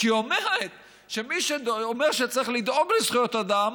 שהיא אומרת שמי שאומר שצריך לדאוג לזכויות אדם